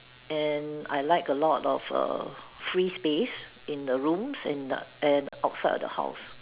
and I like a lot of err free space in the room and the and outside of the house